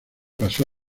pasó